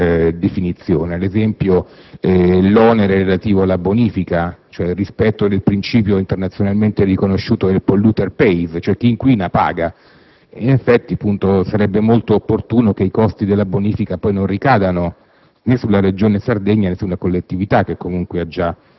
Ci sono alcune questioni che però, a mio parere, necessitano di una maggiore definizione, ad esempio l'onere relativo alla bonifica, cioè il rispetto del principio internazionalmente riconosciuto del "*polluter pay*", cioè chi inquina paga; in effetti, sarebbe molto opportuno che i costi della bonifica non ricadessero